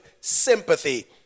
sympathy